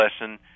lesson